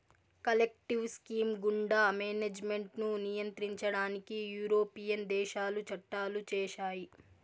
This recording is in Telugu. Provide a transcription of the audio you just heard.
కలెక్టివ్ స్కీమ్ గుండా మేనేజ్మెంట్ ను నియంత్రించడానికి యూరోపియన్ దేశాలు చట్టాలు చేశాయి